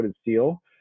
steel